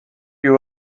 you